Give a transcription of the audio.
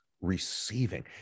receiving